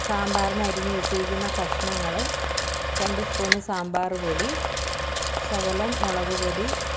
സാമ്പാറിനരിഞ്ഞ് വെച്ചിരിക്കുന്ന കഷ്ണങ്ങളും രണ്ട് സ്പൂണ് സാമ്പാർ പൊടി ശകലം മുളകുപ്പൊടി